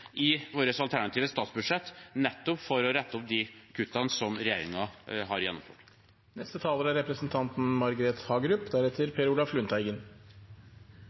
i vårt alternative statsbudsjett for nettopp å rette opp de kuttene som regjeringen har gjennomført. Om det er